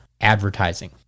advertising